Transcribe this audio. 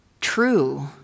True